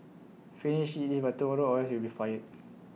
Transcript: finish IT by tomorrow or else you will be fired